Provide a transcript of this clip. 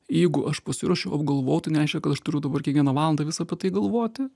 jeigu aš pasiruošiau apgalvotai nereiškia kad aš turiu dabar kiekvieną valandą vis apie tai galvoti